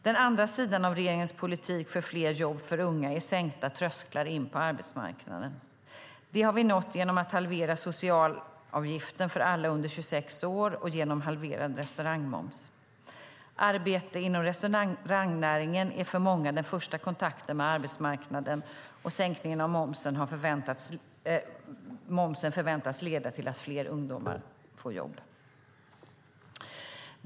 Den andra sidan av regeringens politik för fler jobb för unga är sänkta trösklar in på arbetsmarknaden. Det har vi nått genom att halvera socialavgiften för alla under 26 år och genom halverad restaurangmoms. Arbete inom restaurangnäringen är för många den första kontakten med arbetsmarknaden, och sänkningen av momsen förväntas leda till att fler ungdomar får jobb.